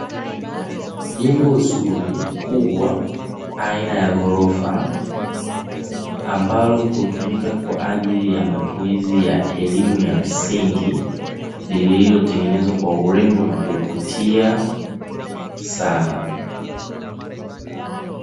Jengo zuri kubwa aina ya gorofa ambalo hutumika kwa ajli ya matumizi ya elimu ya msingi, llilotengeneza kwa urembo na kuvutia sana.